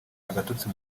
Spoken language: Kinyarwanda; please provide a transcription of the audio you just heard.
agatotsi